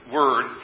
word